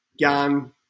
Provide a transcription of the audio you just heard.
gun